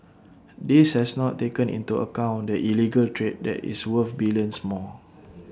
this has not taken into account the illegal trade that is worth billions more